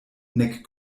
nek